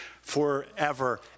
forever